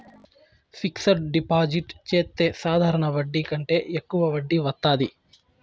fixed deposit చెత్తే సాధారణ వడ్డీ కంటే యెక్కువ వడ్డీ వత్తాది